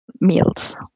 meals